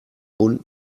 bund